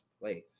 place